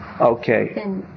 Okay